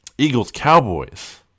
Eagles-Cowboys